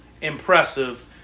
Impressive